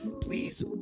please